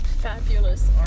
fabulous